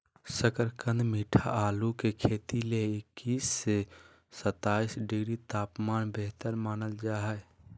शकरकंद मीठा आलू के खेती ले इक्कीस से सत्ताईस डिग्री तापमान बेहतर मानल जा हय